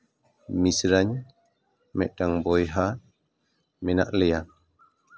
ᱢᱤᱥᱨᱟᱧ ᱢᱤᱫᱴᱟᱱ ᱵᱚᱭᱦᱟ ᱢᱮᱱᱟᱜ ᱞᱮᱭᱟ